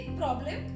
problem